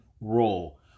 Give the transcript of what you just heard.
role